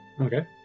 Okay